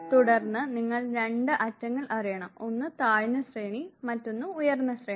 തുടർന്ന് നിങ്ങൾ രണ്ട് അറ്റങ്ങൾ അറിയണം ഒന്ന് താഴ്ന്ന ശ്രേണി മറ്റൊന്ന് ഉയർന്ന ശ്രേണി